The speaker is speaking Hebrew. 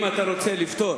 אם אתה רוצה לפתור